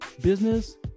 business